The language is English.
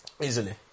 Easily